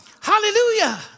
Hallelujah